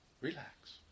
Relax